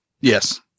Yes